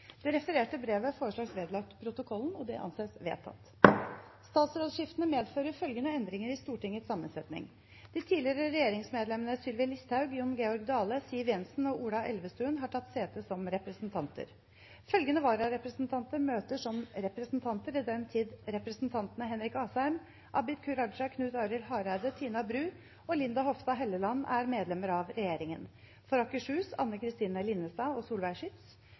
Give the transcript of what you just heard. Det refererte brevet foreslås vedlagt protokollen. – Det anses vedtatt. Statsrådsskiftene medfører følgende endringer i Stortingets sammensetning: De tidligere regjeringsmedlemmene Sylvi Listhaug, Jon Georg Dale, Siv Jensen og Ola Elvestuen har tatt sete som representanter. Følgende vararepresentanter møter som representanter i den tid representantene Henrik Asheim, Abid Q. Raja, Knut Arild Hareide, Tina Bru og Linda Hofstad Helleland er medlemmer av regjeringen: For Akershus: Anne Kristine Linnestad og Solveig